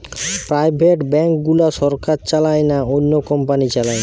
private bank গুলা সরকার চালায় না, অন্য কোম্পানি চালায়